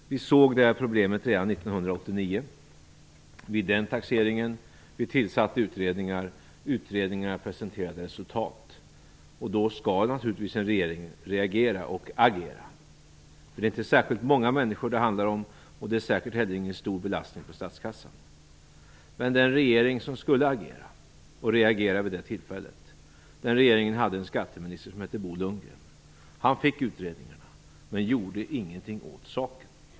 Vi såg det problemet redan vid taxeringen 1989. Vi tillsatte utredningar. Utredningarna presenterade resultat. Då skall en regering naturligtvis reagera och agera. Det är inte särskilt många människor som det handlar om, och det är säkert ingen stor belastning på statskassan. Men den regering som skulle ha agerat och reagerat vid det tillfället hade en skatteminister som hette Bo Lundgren. Han fick utredningarna men gjorde inget åt saken.